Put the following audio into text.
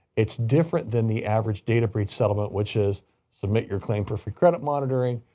it's different than the average data breach settlement, which is submit your claim for free credit monitoring.